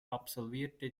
absolvierte